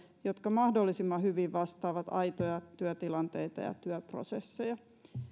jotka mahdollisimman hyvin vastaavat aitoja työtilanteita ja työprosesseja